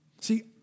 See